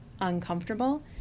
uncomfortable